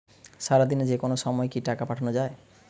সারাদিনে যেকোনো সময় কি টাকা পাঠানো য়ায়?